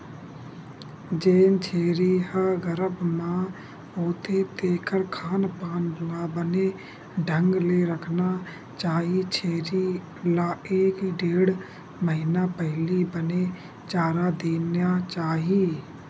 जेन छेरी ह गरभ म होथे तेखर खान पान ल बने ढंग ले रखना चाही छेरी ल एक ढ़ेड़ महिना पहिली बने चारा देना चाही